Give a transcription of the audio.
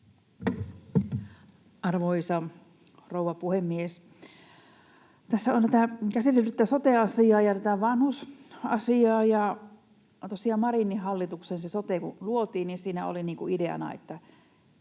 Arvoisa rouva puhemies! Tässä on käsitelty tätä sote-asiaa ja tätä vanhusasiaa, ja tosiaan, kun Marinin hallituksessa sote luotiin, siinä oli ideana, että